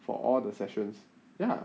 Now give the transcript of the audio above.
for all the sessions ya